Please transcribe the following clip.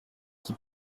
qui